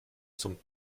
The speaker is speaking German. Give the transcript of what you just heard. zum